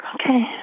Okay